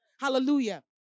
Hallelujah